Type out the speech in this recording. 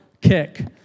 kick